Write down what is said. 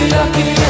lucky